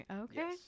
Okay